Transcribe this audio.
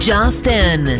Justin